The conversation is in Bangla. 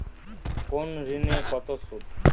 কোন ঋণে কত সুদ?